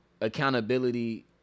Accountability